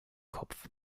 kopf